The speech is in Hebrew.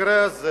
במקרה הזה